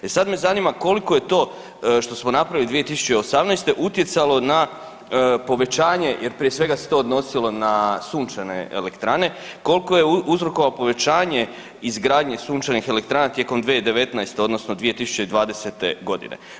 E sad me zanima koliko je to što smo napravili 2018. utjecalo na povećanje jer prije svega se to odnosilo na sunčane elektrane, koliko je uzrokovao povećanje izgradnje sunčanih elektrana tijekom 2019. odnosno 2020.g.